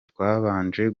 twabanje